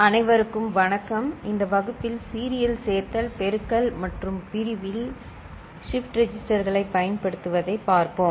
அனைவருக்கும் வணக்கம் இந்த வகுப்பில் சீரியல் சேர்த்தல் பெருக்கல் மற்றும் பிரிவில் ஷிப்ட் ரெஜிஸ்டர்களைப் பயன்படுத்துவதைப் பார்ப்போம்